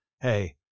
Hey